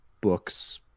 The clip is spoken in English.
books